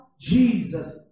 Jesus